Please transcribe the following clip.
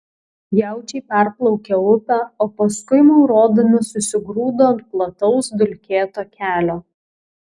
jaučiai perplaukė upę o paskui maurodami susigrūdo ant plataus dulkėto kelio